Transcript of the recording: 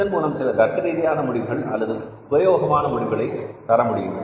இதன் மூலம் சில தர்க்கரீதியான முடிவுகள் அல்லது உபயோகமான முடிவுகளை தரமுடியும்